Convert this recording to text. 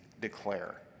declare